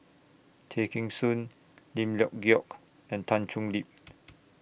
Tay Kheng Soon Lim Leong Geok and Tan Thoon Lip